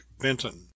Benton